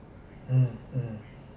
mm mm